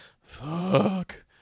fuck